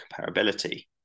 comparability